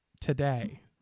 Today